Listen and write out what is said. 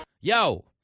Yo